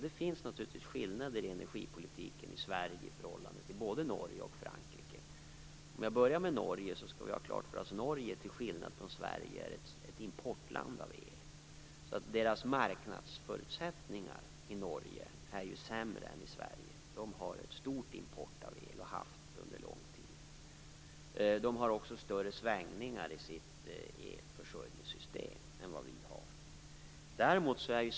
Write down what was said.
Det finns naturligtvis skillnader i energipolitiken i Sverige i förhållande till både Norge och Frankrike. Om jag börjar med Norge, skall vi ha klart för oss att Norge, till skillnad från Sverige, är ett land som importerar el. Marknadsförutsättningarna i Norge är alltså sämre än i Sverige. De har en stor import av el, och det har de haft under lång tid. De har också större svängningar i sitt elförsörjningssystem än vad vi har.